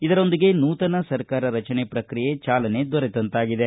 ಇದರೊಂದಿಗೆ ನೂತನ ಸರ್ಕಾರ ರಚನೆ ಪ್ರಕ್ರಿಯೆಗೆ ಜಾಲನೆ ದೊರೆತಂತಾಗಿದೆ